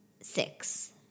six